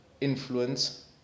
influence